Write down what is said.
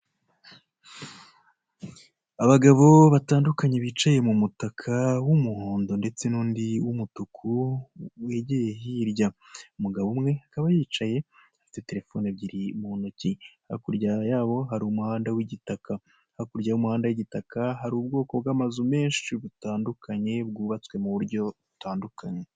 Abagabo batandukanye bicaye mu mutaka w'umuhondo ndetse n'undi w'umutuku wegeye hirya. Umugabo umwe akaba yicaye afite telephone ebyiri mu ntoki. Hakurya yabo hari umuhanda w'igitaka hakurya y'umuhanda w'igitaka hari ubwoko bw'amazu menshi butandukanye bwubatswe mu buryo butandukanye.